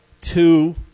two